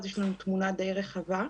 אז יש לנו תמונה די רחבה.